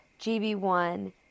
GB1